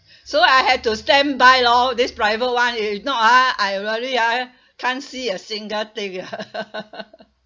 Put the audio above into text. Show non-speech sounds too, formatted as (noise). so I had to standby lor this private [one] if not ah I really ah can't see a single thing (laughs)